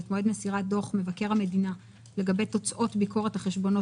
את מועד מסירת דוח מבקר המדינה לגבי תוצאות ביקורת החשבונות